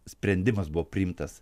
sprendimas buvo priimtas